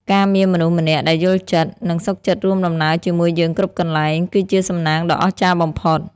ការមានមនុស្សម្នាក់ដែលយល់ចិត្ត និងសុខចិត្តរួមដំណើរជាមួយយើងគ្រប់កន្លែង គឺជាសំណាងដ៏អស្ចារ្យបំផុត។